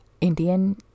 Indian